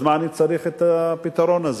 אז מה אני צריך את הפתרון הזה?